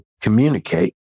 communicate